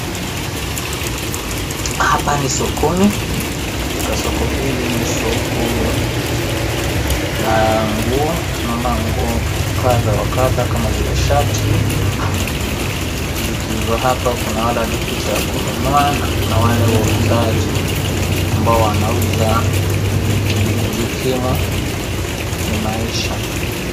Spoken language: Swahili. Hapa ni sokoni. Katika hili ni soko la nguo, tunaona nguo kadha wa kadha kama vile shati, zikiuzwa hapa kuna wale wamekuja kununua, na kuna wale wauzaji ambao wanauza ili kujikimu, kimaisha.